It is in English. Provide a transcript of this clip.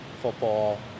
football